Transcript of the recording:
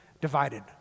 divided